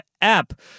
app